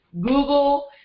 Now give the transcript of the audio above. Google